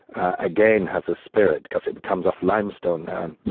again, has a spirit because it but comes off limestone there.